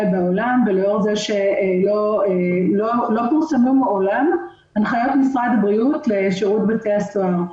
בעולם ולאור זה שלא פורסמו מעולם הנחיות משרד הבריאות לשירות בתי הסוהר,